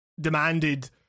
demanded